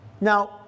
Now